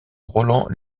roland